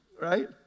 right